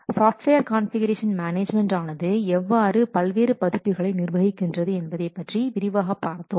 software configuration management ஆனது எவ்வாறு பல்வேறு பதிப்புகளை நிர்வகிக்கிறது என்பதைப் பற்றி விரிவாகப் பார்த்தோம்